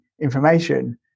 information